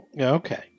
Okay